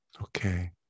Okay